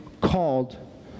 called